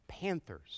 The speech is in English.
panthers